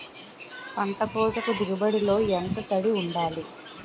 పంట కోతకు దిగుబడి లో ఎంత తడి వుండాలి?